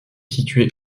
situé